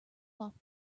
off